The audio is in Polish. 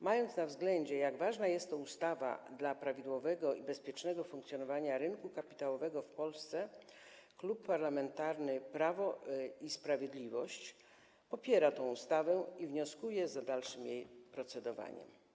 Mając na względzie, jak ważna jest to ustawa dla prawidłowego i bezpiecznego funkcjonowania rynku kapitałowego w Polsce, Klub Parlamentarny Prawo i Sprawiedliwość popiera tę ustawę i wnioskuje za dalszym procedowaniem nad nią.